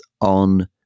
on